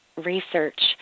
research